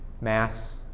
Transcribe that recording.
mass